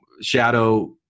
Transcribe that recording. shadow